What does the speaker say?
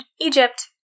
Egypt